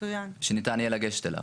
שניתן יהיה לגשת אליו.